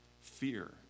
Fear